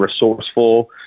resourceful